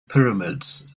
pyramids